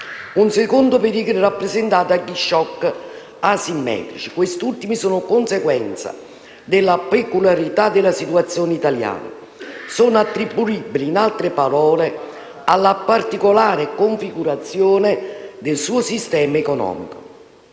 Un secondo pericolo è rappresentato dagli *shock* asimmetrici. Questi ultimi sono conseguenza della peculiarità della situazione italiana; sono attribuibili, in altre parole, alla particolare configurazione del suo sistema economico.